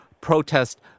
Protest